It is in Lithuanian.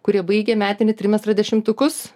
kurie baigė metinį trimestrą dešimtukus